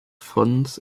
fonds